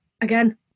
again